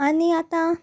आनी आतां